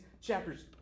chapters